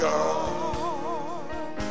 God